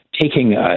taking